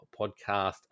podcast